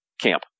camp